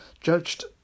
Judged